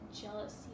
jealousy